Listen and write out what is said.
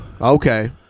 Okay